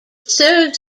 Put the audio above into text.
serves